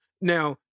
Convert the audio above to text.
Now